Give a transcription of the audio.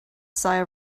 sigh